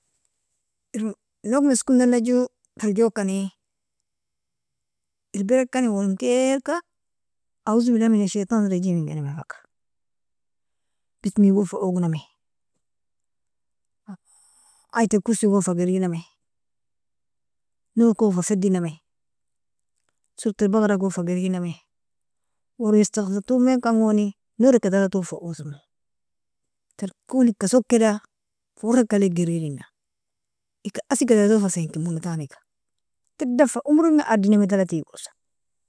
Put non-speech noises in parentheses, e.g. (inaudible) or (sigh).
Eron nog maskonla jotorjokani irbirkani, awalinkelka aaoz biallah min alshaytan alrajim ingnima faga, bismigon fa ognami, (hesitation) ayat alkursigon fagirinami norkon fafidinami surat albagaragon fagirinami (unintelligible) mankingoni norika talton fa osmo tarkolika sokida faorik kalik gridina ika isika fatalton fa finkimona taniga tadan fa omerina adinami tala tigosa.